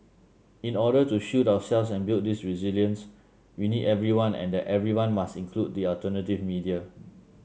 in order to shield ourselves and build this resilience we need everyone and that everyone must include the alternative media